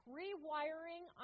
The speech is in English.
rewiring